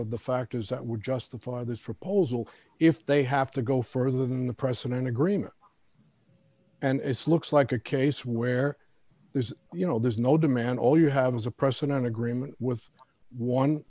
of the factors that would justify this proposal if they have to go further than the president agreement and it's looks like a case where there's you know there's no demand all you have is a president agreement with one